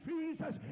Jesus